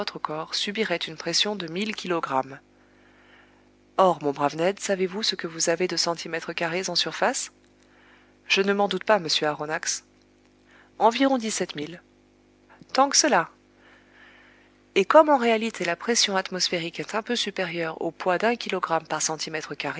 corps subirait une pression de mille kilogrammes or mon brave ned savez-vous ce que vous avez de centimètres carrés en surface je ne m'en doute pas monsieur aronnax environ dix-sept mille tant que cela et comme en réalité la pression atmosphérique est un peu supérieure au poids d'un kilogramme par centimètre